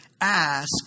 ask